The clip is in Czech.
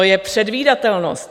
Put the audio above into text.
Je to předvídatelnost.